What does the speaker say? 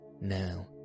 now